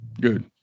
Good